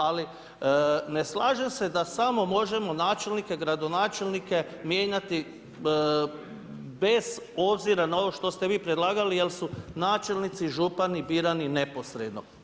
Ali ne slažem sa da samo možemo načelnike, gradonačelnike mijenjati bez obzira na ovo što ste vi predlagali jer su načelnici i župani birani neposredno.